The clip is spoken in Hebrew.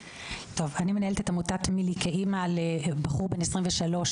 אני מנהלת את עמותת מיל"י כאימא לבחור בן 23,